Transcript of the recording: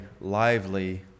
lively